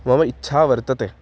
मम इच्छा वर्तते